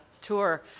tour